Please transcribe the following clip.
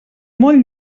molt